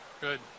good